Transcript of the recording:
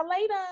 later